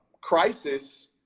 crisis